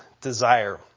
desire